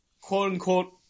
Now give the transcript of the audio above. quote-unquote